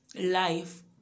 life